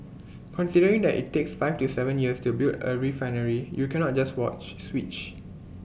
considering that IT takes five to Seven years to build A refinery you cannot just watch switch